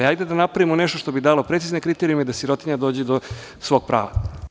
Hajde da napravimo nešto što bi dalo precizno kriterijume da sirotinja dođe do svog prava.